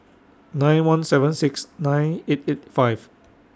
nine one seven six nine eight eight five